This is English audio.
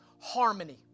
Harmony